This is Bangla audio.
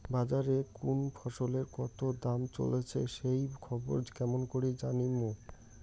বাজারে কুন ফসলের কতো দাম চলেসে সেই খবর কেমন করি জানীমু?